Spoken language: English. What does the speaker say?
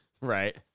Right